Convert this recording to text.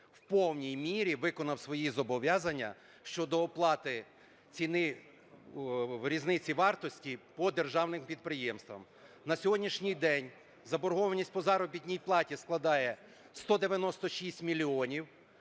в повній мірі виконав свої зобов'язання щодо оплати ціни різниці вартості по державним підприємствам. На сьогоднішній день заборгованість по заробітній платі складає 196 мільйонів,